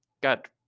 got